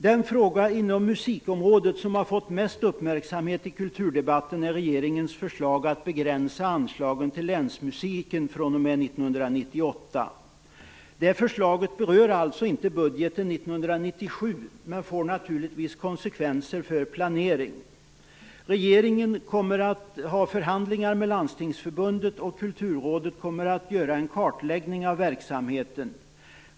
Den fråga inom musikområdet som fått mest uppmärksamhet i kulturdebatten är regeringens förslag att begränsa anslagen till Länsmusiken fr.o.m. 1998. Det förslaget berör alltså inte budgeten 1997 men får naturligtvis konsekvenser för planeringen. Regeringen kommer att ha förhandlingar med Landstingsförbundet, och Kulturrådet kommer att göra en kartläggning av verksamheten.